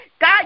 god